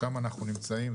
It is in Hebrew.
שם אנחנו נמצאים,